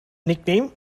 nickname